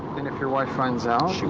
and if your wife finds out?